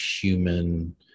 human